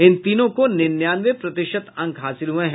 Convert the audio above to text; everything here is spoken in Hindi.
इन तीनों को निन्यानवे प्रतिशत अंक हासिल हुये हैं